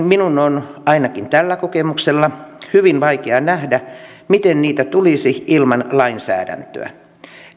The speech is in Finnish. minun on ainakin tällä kokemuksella hyvin vaikea nähdä miten niitä tulisi ilman lainsäädäntöä